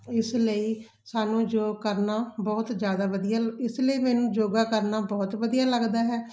ਇਸ ਲਈ ਸਾਨੂੰ ਯੋਗ ਕਰਨਾ ਬਹੁਤ ਜ਼ਿਆਦਾ ਵਧੀਆ ਇਸ ਲਈ ਮੈਨੂੰ ਯੋਗਾ ਕਰਨਾ ਬਹੁਤ ਵਧੀਆ ਲੱਗਦਾ ਹੈ